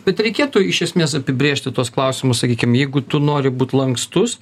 bet reikėtų iš esmės apibrėžti tuos klausimus sakykim jeigu tu nori būt lankstus